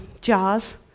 jars